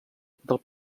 del